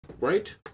Right